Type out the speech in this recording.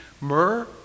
myrrh